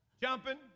jumping